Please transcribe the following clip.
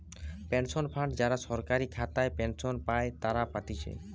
pension fund যারা সরকারি খাতায় পেনশন পাই তারা পাতিছে